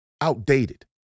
outdated